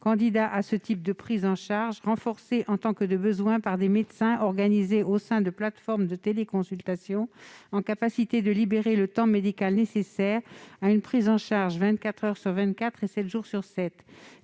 assurer ce type de prise en charge, renforcés en tant que de besoins par des médecins organisés au sein de plateformes de téléconsultation, en mesure de libérer le temps médical nécessaire à une prise en charge vingt-quatre heures sur